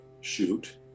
shoot